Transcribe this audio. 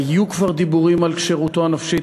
היו כבר דיבורים על כשירותו הנפשית,